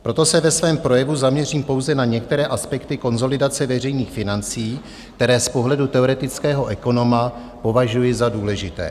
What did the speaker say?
Proto se ve svém projevu zaměřím pouze na některé aspekty konsolidace veřejných financí, které z pohledu teoretického ekonoma považuji za důležité.